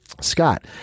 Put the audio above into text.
Scott